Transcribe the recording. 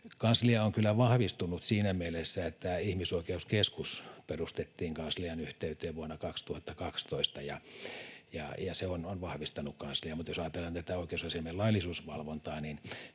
Kanslia on kyllä vahvistunut siinä mielessä, että Ihmisoikeuskeskus perustettiin kanslian yhteyteen vuonna 2012, ja se on vahvistanut kansliaa, mutta jos ajatellaan tätä oikeusasiamiehen laillisuusvalvontaa,